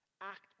act